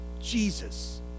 Jesus